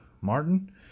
Martin